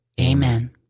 Amen